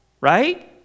Right